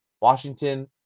Washington